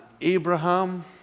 Abraham